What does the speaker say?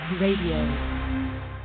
Radio